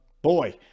Boy